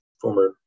former